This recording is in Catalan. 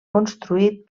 construït